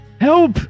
Help